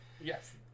Yes